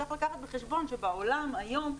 צריך לקחת בחשבון שבעולם היום,